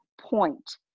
point